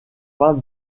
fins